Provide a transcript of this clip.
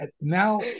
now